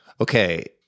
okay